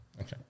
Okay